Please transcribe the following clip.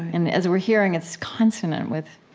and as we're hearing, it's consonant with